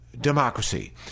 democracy